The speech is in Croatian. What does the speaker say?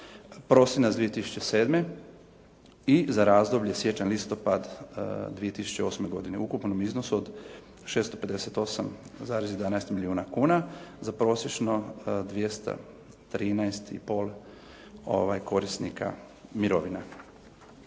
prosinac 2007. i za razdoblje siječanj-listopad 2008. godine u ukupnom iznosu od 658,11 milijuna kuna za prosječno 213,5 korisnika mirovina.